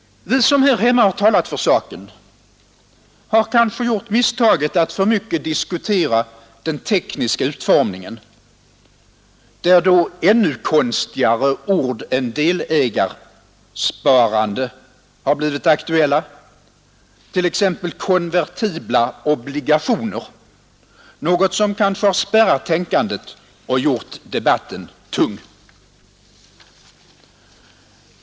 Vi som här hemma har talat för saken har kanske gjort misstaget att för mycket diskutera den tekniska utformningen, där då ännu konstigare ord än delägarsparande har blivit aktuella — t.ex. konvertibla obligationer — något som kanske har spärrat tänkandet och gjort debatten tung.